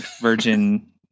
Virgin